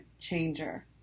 changer